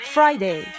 Friday